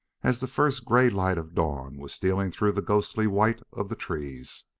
as the first gray light of dawn was stealing through the ghostly white of the trees.